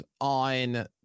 on